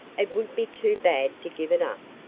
it would be too bad to give it up,